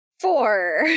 Four